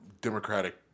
Democratic